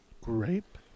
Grape